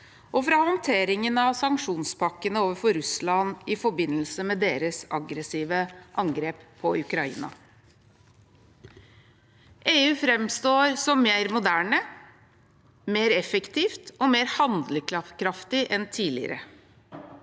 og fra håndteringen av sanksjonspakkene overfor Russland i forbindelse med deres aggressive angrep på Ukraina. EU framstår som mer moderne, mer effektivt og mer handlekraftig enn tidligere.